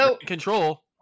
Control